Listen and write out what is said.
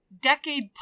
decade